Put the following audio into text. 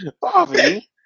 Bobby